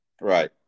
Right